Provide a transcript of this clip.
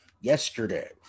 yesterday